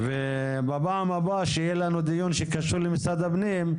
בפעם הבאה שיהיה לנו דיון שקשור למשרד הפנים,